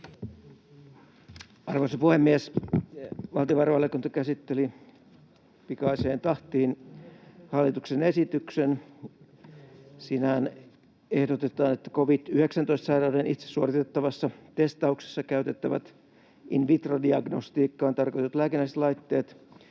Arvoisa puhemies! Valtiovarainvaliokunta käsitteli pikaiseen tahtiin hallituksen esityksen. Siinähän ehdotetaan, että covid-19-sairauden itse suoritettavassa testauksessa käytettävät, in vitro ‑diagnostiikkaan tarkoitetut lääkinnälliset laitteet